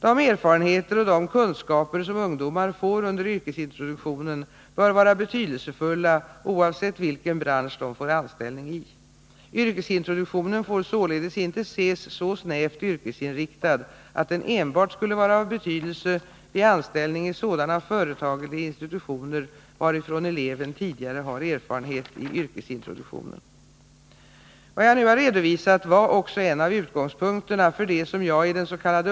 De erfarenheter och de kunskaper som ungdomar får under yrkesintroduktionen bör vara betydelsefulla oavsett vilken bransch de får anställning i. Yrkesintroduktionen får således inte ses så snävt yrkesinriktad att den enbart skulle vara av betydelse vid anställning i sådana företag eller institutioner varifrån eleven tidigare har erfarenheter av yrkesintroduktionen. Vad jag nu har redovisat var också en av utgångspunkterna för det som jag idens.k.